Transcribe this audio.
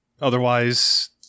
Otherwise